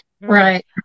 Right